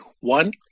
One